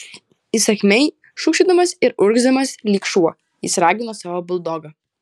įsakmiai šūkčiodamas ir urgzdamas lyg šuo jis ragino savo buldogą